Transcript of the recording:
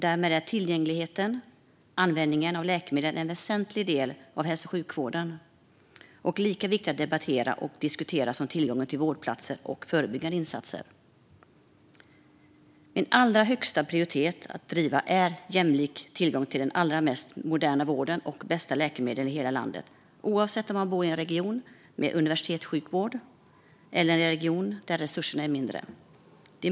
Därmed är tillgängligheten på och användningen av läkemedel en väsentlig del av hälso och sjukvården och lika viktig att debattera och diskutera som tillgången på vårdplatser och förebyggande insatser. Min allra högsta prioritet är att driva jämlik tillgång till den allra mest moderna vården och de bästa läkemedlen i hela landet, oavsett om man bor i en region med universitetssjukvård eller i en region där resurserna är mindre.